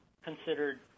considered